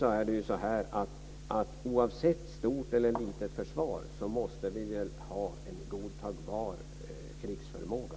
Det är dock faktiskt så att oavsett om vi har ett stort eller ett litet försvar, måste vi ha en godtagbar stridsförmåga.